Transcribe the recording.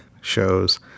shows